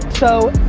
so,